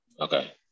Okay